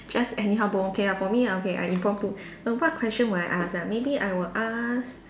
just anyhow bomb okay lah for me okay I impromptu err what question will I ask ah maybe I will ask